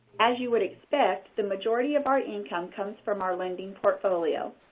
as you would expect, the majority of our income comes from our lending portfolio.